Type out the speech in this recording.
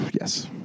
Yes